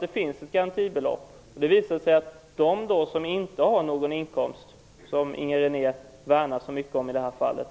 Det visar sig att de som inte har någon inkomst, och som Inger René värnar så mycket i det här fallet,